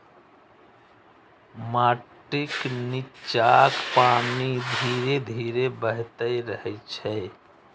माटिक निच्चाक पानि धीरे धीरे बहैत रहै छै